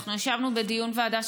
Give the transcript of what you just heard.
אנחנו ישבנו בדיון בוועדה,